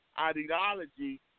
ideology